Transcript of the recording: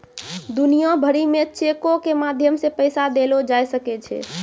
दुनिया भरि मे चेको के माध्यम से पैसा देलो जाय सकै छै